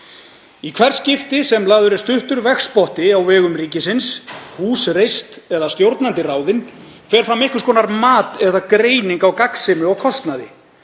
Í hvert skipti sem lagður er stuttur vegspotti á vegum ríkisins, hús reist eða stjórnandi ráðinn fer fram einhvers konar mat eða greining á gagnsemi og kostnaði